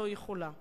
לא יכולה לתת.